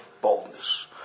boldness